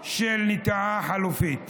של נטיעה חלופית.